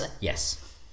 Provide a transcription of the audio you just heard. Yes